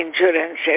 insurance